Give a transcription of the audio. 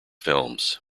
films